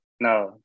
No